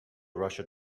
russia